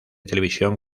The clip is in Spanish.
televisión